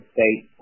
State